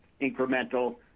incremental